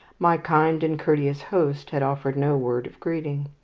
my kind and courteous host had offered no word of greeting.